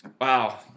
Wow